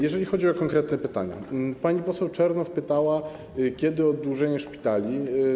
Jeżeli chodzi o konkretne pytania, to pani poseł Czernow pytała, kiedy będzie oddłużenie szpitali.